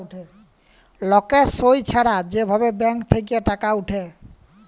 লকের সই ছাড়া যে ভাবে ব্যাঙ্ক থেক্যে টাকা উঠে